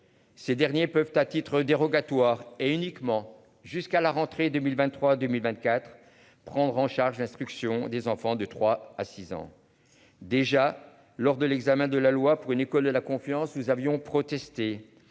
Ces derniers peuvent à titre dérogatoire et uniquement jusqu'à la rentrée 2023 2024. Prendre en charge l'instruction des enfants de 3 à 6 ans. Déjà, lors de l'examen de la loi pour une école de la confiance, nous avions protesté